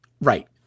Right